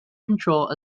control